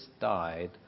died